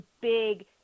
big